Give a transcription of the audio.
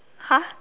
!huh!